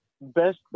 best